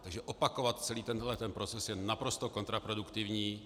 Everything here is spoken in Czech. Takže opakovat celý tenhle proces je naprosto kontraproduktivní.